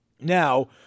now –